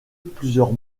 plusieurs